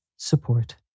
support